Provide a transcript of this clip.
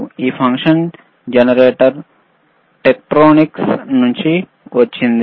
ఈ function generator Tektronix నుండి వచ్చింది